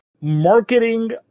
marketing